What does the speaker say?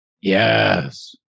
Yes